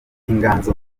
inganzo